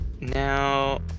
Now